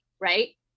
right